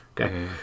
Okay